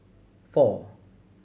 four